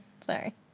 Sorry